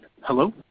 Hello